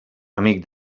amic